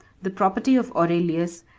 the property of aurelius,